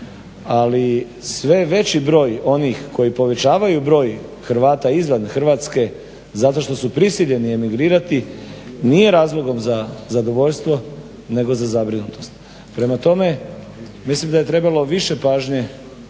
Ali sve veći broj onih koji povećavaju broj Hrvata izvan Hrvatske zato što su prisiljeni emigrirati nije razlogom za zadovoljstvo, nego za zabrinutost. Prema tome, mislim da je trebalo više pažnje